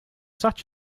such